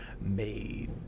made